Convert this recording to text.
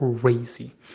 crazy